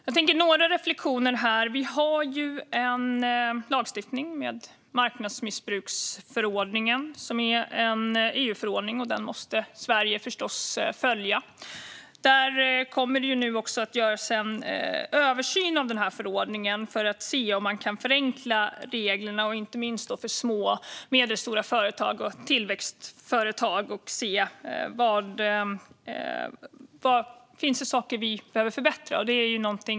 Jag tänker göra några reflektioner här. Vi har en lagstiftning, marknadsmissbruksförordningen, som är en EU-förordning. Den måste Sverige förstås följa. Det kommer nu att göras en översyn av den här förordningen för att se om det går att förenkla reglerna, inte minst för små och medelstora företag och tillväxtföretag, och om det finns saker vi behöver förbättra.